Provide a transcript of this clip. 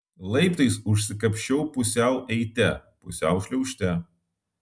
laiptais užsikapsčiau pusiau eite pusiau šliaužte